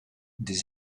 des